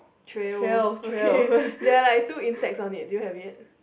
trail okay there are like two insects on it do you have it